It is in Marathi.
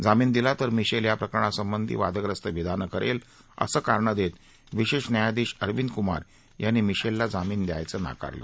जामिन दिला तर मिशेल या प्रकरणासंबधी वादग्रस्त विधानं करेल असं कारण देत विशेष न्यायाधीश अरविंदकुमार यांनी मिशेलला जामिन द्यायचं नाकारलं